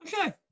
Okay